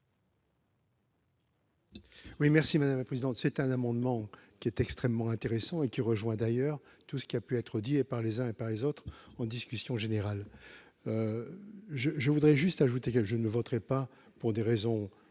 Oui merci madame la présidente, c'est un amendement qui est extrêmement intéressant et qui rejoint d'ailleurs tout ce qui a pu être dit et par les uns et par les autres en discussion générale je je voudrais juste ajouter elle je ne voterai pas pour des raisons que